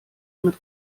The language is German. mit